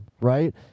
right